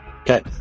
Okay